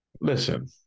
Listen